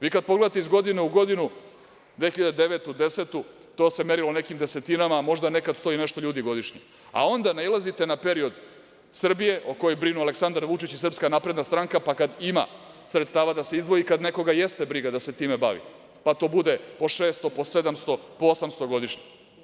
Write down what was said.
Vi kada pogledate iz godine u godinu 2009. 2010. godinu to se merilo nekim desetinama, a možda nekada 100 i nešto ljudi godišnje, a onda nailazite na jedan period Srbije o kojoj brinu Aleksandar Vučić i SNS, pa kada ima sredstava da se izdvoji i kada nekoga jeste briga da se time bavi, pa to bude po 600, po 700, po 800 godišnje.